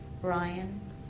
Brian